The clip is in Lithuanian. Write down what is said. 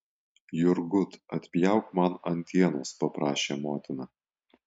jurgut atpjauk man antienos paprašė motina